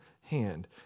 hand